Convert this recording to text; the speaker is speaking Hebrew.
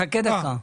חכה דקה.